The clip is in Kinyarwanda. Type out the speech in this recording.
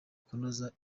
kunoza